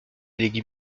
les